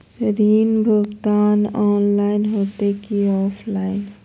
ऋण भुगतान ऑनलाइन होते की ऑफलाइन?